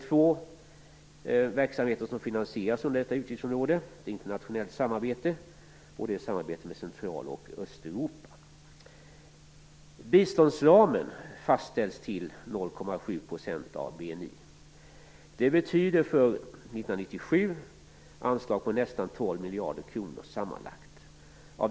Två verksamheter finansieras under detta utgiftsområde: internationellt samarbete och samarbete med 1997 betyder det anslag om nästan 12 miljarder kronor sammanlagt.